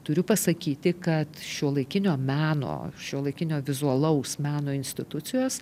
turiu pasakyti kad šiuolaikinio meno šiuolaikinio vizualaus meno institucijos